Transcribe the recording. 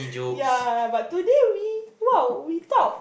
yeah but today we !wow! we talk